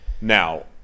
Now